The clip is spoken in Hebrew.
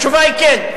התשובה היא כן.